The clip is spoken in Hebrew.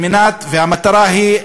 והמטרה היא,